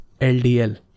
LDL